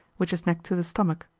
which is next to the stomach,